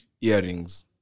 earrings